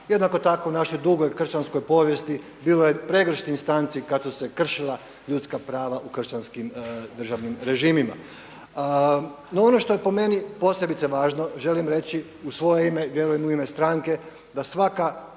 Jednako tako u našoj dugoj kršćanskoj povijesti bilo je pregršt instanci kada su se kršila ljudska prava u kršćanskim državnim režimima. No ono što je po meni posebice važno, želim reći, u svoje ime i vjerujem u ime stranke da svaka